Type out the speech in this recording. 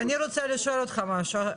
יוסף, אני רוצה לשאול אותך משהו.